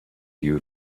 you